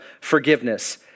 forgiveness